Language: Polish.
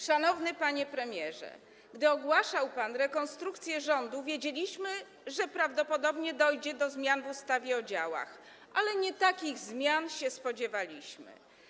Szanowny panie premierze, gdy ogłaszał pan rekonstrukcję rządu, wiedzieliśmy, że prawdopodobnie dojdzie do zmian w ustawie o działach, ale nie takich zmian się spodziewaliśmy.